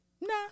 nah